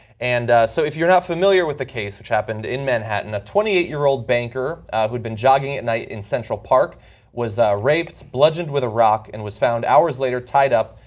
and so if you are not familiar with the case, which happened in manhattan, a twenty eight year old banker who had been jogging at night in central park was raped, bludgeoned with a rock, and was found hours later tied up,